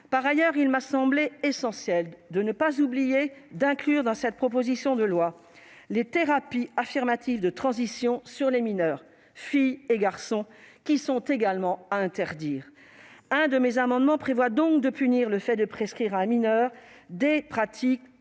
Par ailleurs, il m'a semblé essentiel de ne pas oublier d'inclure dans ce texte les thérapies affirmatives de transition sur les mineurs, filles et garçons, qui sont également à interdire. L'un de mes amendements vise donc à punir le fait de prescrire à un mineur, bien